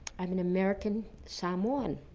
i'm an american samoan,